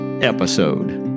episode